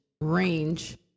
range